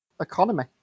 economy